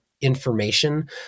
information